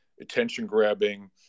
attention-grabbing